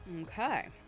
Okay